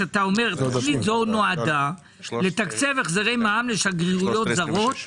אתה אומר שתכנית זו נועדה לתקצב החזרי מע"מ לשגרירויות זרות,